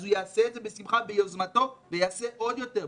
אז הוא יעשה את זה בשמחה מיוזמתו ויעשה עוד יותר.